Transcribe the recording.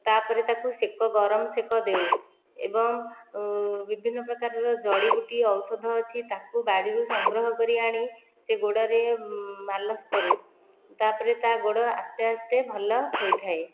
ତାପରେ ତାକୁ ସେକ ଗରମ ସେକ ଦେଉ ଏବଂ ବିଭିନ୍ନ ପ୍ରକାରର ଜଡ଼ିବୁଟି ଔଷଧ ଅଛି ତାକୁ ବାଡ଼ିରୁ ସଂଗ୍ରହ କରି ଆଣି ସେ ଗୋଡ଼ ରେ ମାଲିସ କରୁ ତାପରେ ତା ଗୋଡ଼ ଆସ୍ତେ ଆସ୍ତେ ଭଲ ହୋଇଥାଏ